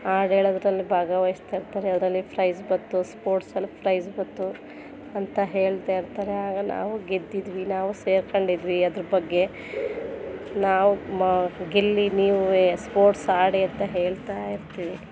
ಹಾಡು ಹೇಳೋದ್ರಲ್ಲಿ ಭಾಗವಹಿಸ್ತಾಯಿರ್ತಾರೆ ಅದರಲ್ಲಿ ಪ್ರೈಝ್ ಬಂತು ಸ್ಪೋರ್ಟ್ಸ್ಲ್ಲಿ ಪ್ರೈಝ್ ಬಂತು ಅಂತ ಹೇಳ್ತಾಯಿರ್ತಾರೆ ಆಗ ನಾವು ಗೆದ್ದಿದ್ವಿ ನಾವು ಸೇರ್ಕೊಂಡಿದ್ವಿ ಅದ್ರ ಬಗ್ಗೆ ನಾವು ಗೆಲ್ಲಿ ನೀವೂ ಸ್ಪೋರ್ಟ್ಸ್ ಆಡಿ ಅಂತ ಹೇಳ್ತಾಯಿರ್ತೀವಿ